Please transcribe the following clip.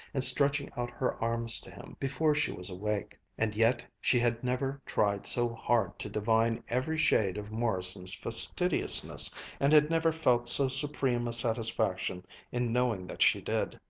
and stretching out her arms to him before she was awake. and yet she had never tried so hard to divine every shade of morrison's fastidiousness and had never felt so supreme a satisfaction in knowing that she did.